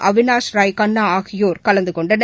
அவினாஷ் ராய் கண்ணாஆகியோர் கலந்துகொண்டனர்